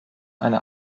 eine